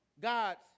God's